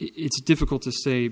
it's difficult to say